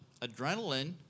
adrenaline